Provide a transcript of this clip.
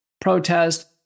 protest